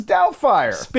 Doubtfire